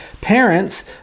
parents